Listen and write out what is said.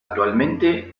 actualmente